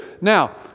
Now